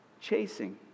chasing